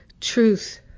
truth